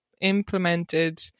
implemented